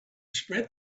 spread